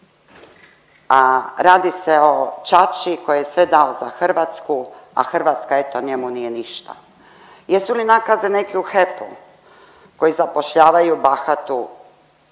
a radi se o ćaći koji je sve dao za Hrvatska, a Hrvatska, eto, njemu nije ništa? Jesu li nakaze neki u HEP-u koji zapošljavaju bahatu